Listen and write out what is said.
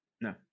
No